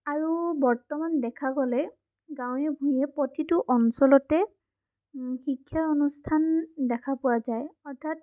আৰু বৰ্তমান দেখা গ'লে গাঁৱে ভূঞে প্ৰতিটো অঞ্চলতে শিক্ষা অনুষ্ঠান দেখা পোৱা যায় অৰ্থাৎ